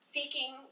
Seeking